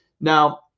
Now